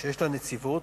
שיש לנציבות